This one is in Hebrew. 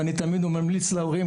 ואני תמיד ממליץ להורים,